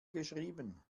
geschrieben